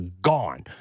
gone